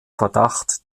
verdacht